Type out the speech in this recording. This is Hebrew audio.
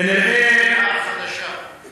כנראה, אבל זה מחוץ לתוכנית המתאר החדשה.